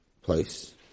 place